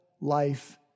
life